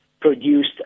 produced